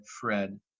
Fred